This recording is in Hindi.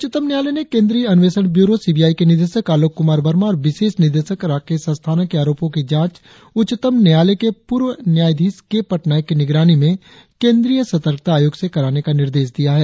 उच्चतम न्यायालय ने केंद्रीय अन्वेषण ब्यूरो सीबीआई के निदेशक आलोक कुमार वर्मा और विशेष निदेशक राकेश अस्थाना के आरोपों की जांच उच्चतम न्यायालय के पूर्व न्यायाधीश के पटनायक की निगरानी में केंद्रीय सतर्कता आयोग से कराने का निर्देश दिया है